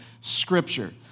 scripture